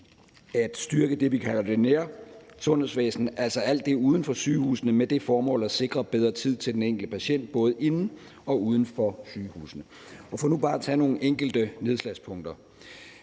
at styrke det, vi kalder det nære sundhedsvæsen, altså alt det uden for sygehusene, med det formål at sikre bedre tid til den enkelte patient både inden for og uden for sygehusene. Og for nu bare at tage nogle enkelte nedslagspunkter: